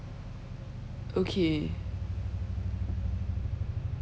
okay